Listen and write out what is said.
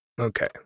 Okay